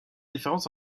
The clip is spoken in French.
différence